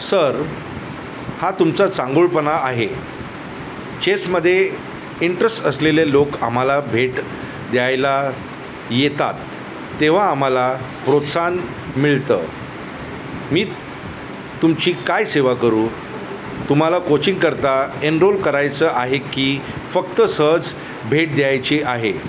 sir हा तुमचा चांगुलपणा आहे चेसमध्ये इंटरेस असलेले लोक आम्हाला भेट द्यायला येतात तेव्हा आम्हाला प्रोत्साहन मिळते मी तुमची काय सेवा करू तुम्हाला कोचिंगकरता एनरोल करायचं आहे की फक्त सहज भेट द्यायची आहे